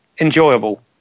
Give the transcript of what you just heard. enjoyable